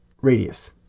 radius